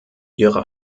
ihre